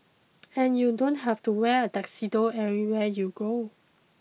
and you don't have to wear a tuxedo everywhere you go